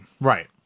Right